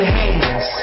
hands